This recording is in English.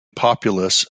populace